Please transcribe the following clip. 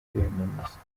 kwiyamamaza